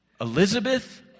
Elizabeth